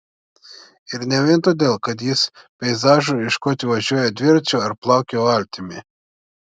ir ne vien todėl kad jis peizažų ieškoti važiuoja dviračiu ar plaukia valtimi